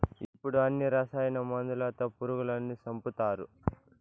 ఇప్పుడు అన్ని రసాయన మందులతో పురుగులను సంపుతారు